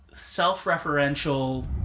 self-referential